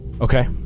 Okay